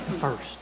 first